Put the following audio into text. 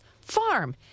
farm